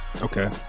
Okay